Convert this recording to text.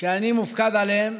שאני מופקד עליהן,